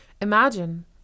Imagine